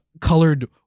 colored